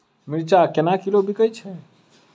मिर्चा केना किलो बिकइ छैय?